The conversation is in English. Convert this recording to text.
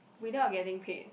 without getting paid